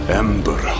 ember